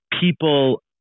people